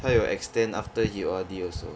他有 extend after he O_R_D also